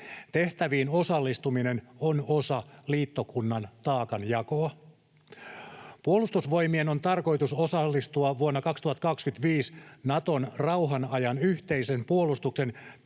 Tehtäviin osallistuminen on osa liittokunnan taakanjakoa. Puolustusvoimien on tarkoitus osallistua vuonna 2025 Naton rauhan ajan yhteisen puolustuksen